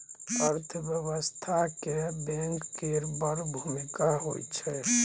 अर्थव्यवस्था मे बैंक केर बड़ भुमिका होइ छै